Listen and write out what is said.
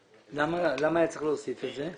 למה היה צריך להוסיף את זה?